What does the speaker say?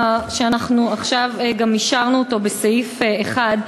שאנחנו עכשיו גם אישרנו בסעיף 1,